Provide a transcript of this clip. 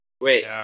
Wait